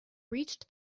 reached